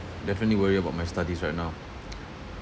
definitely worry about my studies right now